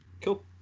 Cool